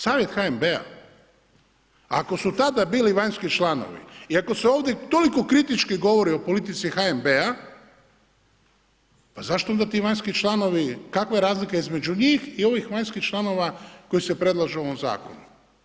Savjet HNB-a ako su tada bili vanjski članovi i ako se toliko ovdje govori kritički o politici HNB-a pa zašto onda ti vanjski članovi, kakva je razlika između njih i ovih vanjskih članova koji se predlažu u ovom zakonu.